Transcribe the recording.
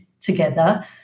together